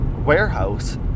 warehouse